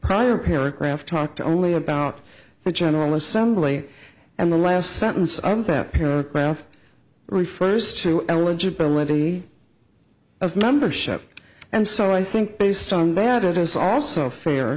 prior paragraph talked only about the general assembly and the last sentence on pep paragraph refers to eligibility of membership and so i think based on bad it is also fair